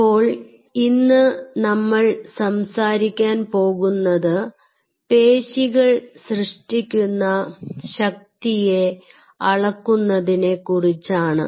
അപ്പോൾ ഇന്ന് നമ്മൾ സംസാരിക്കാൻ പോകുന്നത് പേശികൾ സൃഷ്ടിക്കുന്ന ശക്തിയെ അളക്കുന്നതിനെക്കുറിച്ചാണ്